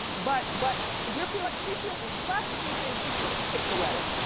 but, but you're feeling, she's feeling, clap if you think she should skip the wedding.